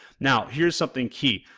now, here's something key,